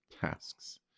tasks